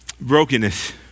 Brokenness